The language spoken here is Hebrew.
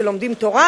שלומדים תורה,